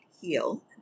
heal